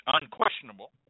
unquestionable